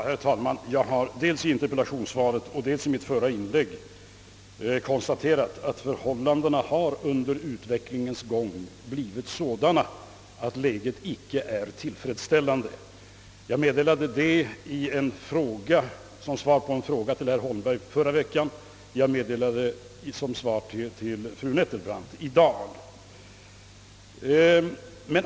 Herr talman! Jag har dels i interpellationssvaret och dels i mitt förra inlägg konstaterat, att förhållandena under utvecklingens gång blivit sådana att läget icke är tillfredsställande. Jag meddelade detta som svar på en fråga av herr Holmberg i förra veckan, och samma meddelande har lämnats till fru Nettelbrandt i dag.